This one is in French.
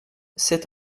sept